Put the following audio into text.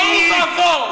תוהו ובוהו.